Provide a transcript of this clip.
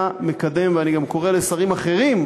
אתה מקדם, ואני קורא גם לשרים אחרים,